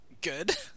good